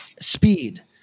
Speed